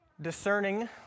discerning